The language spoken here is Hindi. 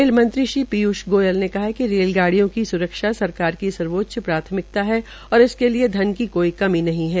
रेलमंत्री पीयूष गोयल ने कहा कि रेलगाड़ियों की स्रक्षा सरकार की सर्वोत्म प्राथमिकता है और इसके लिए धन की कोई कमी नहीं है